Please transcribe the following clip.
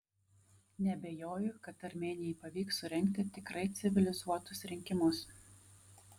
neabejoju kad armėnijai pavyks surengti tikrai civilizuotus rinkimus